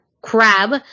crab